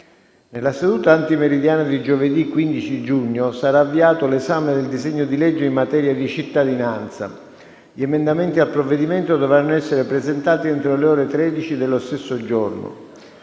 Nella seduta antimeridiana di giovedì 15 giugno sarà avviato l’esame del disegno di legge in materia di cittadinanza. Gli emendamenti al provvedimento dovranno essere presentati entro le ore 13 dello stesso giorno.